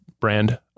Brand